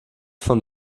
von